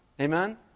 Amen